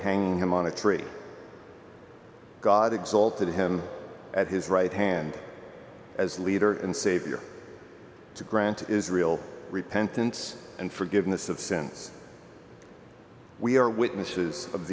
hanging him on a tree god exalted him at his right hand as leader and savior to grant israel repentance and forgiveness of sins we are witnesses of